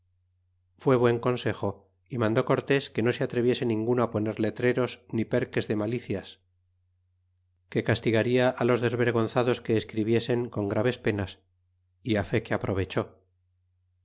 fué buen consejo y mandó cortés que no se atreviese ninguno á poner letreros ni perques de malicias que castigarla á los desvergonzados que escribiesen con graves penas y fe que aprovechó